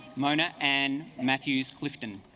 mona and matthews clifton